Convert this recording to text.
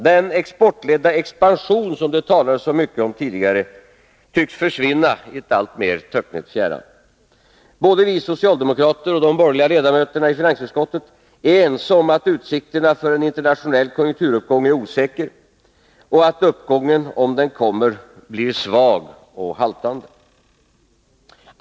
Den exportledda expansion som det talades så mycket om tidigare tycks försvinna i ett alltmer töcknigt fjärran. Både vi socialdemokrater och de borgerliga ledamöterna i finansutskottet är ense om att utsikterna för en internationell konjunkturuppgång är osäkra och att uppgången, om den kommer, blir svag och haltande.